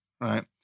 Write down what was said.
right